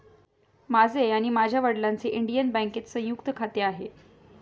माझे आणि माझ्या वडिलांचे इंडियन बँकेत संयुक्त खाते आहे